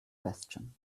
question